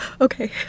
Okay